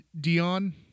Dion